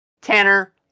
Tanner